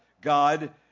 God